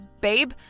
babe